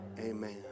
Amen